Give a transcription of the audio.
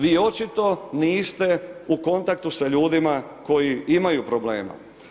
Vi očito niste u kontaktu sa ljudima koji imaju problema.